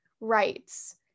rights